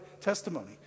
testimony